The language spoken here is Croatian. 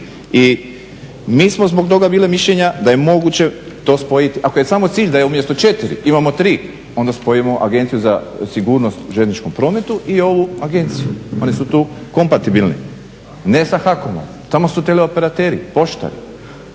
I mi smo zbog toga bili mišljenja da je moguće to spojiti. Ako je samo cilj da umjesto 4 imamo 3 onda spojimo Agenciju za sigurnost u željezničkom prometu i ovu agenciju, oni su tu kompatibilni. Ne sa HAKOM-om, tamo su teleoperateri, poštati.